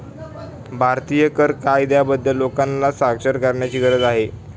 भारतीय कर कायद्याबद्दल लोकांना साक्षर करण्याची गरज आहे